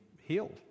healed